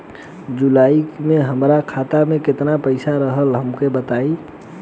जुलाई में हमरा खाता में केतना पईसा रहल हमका बताई?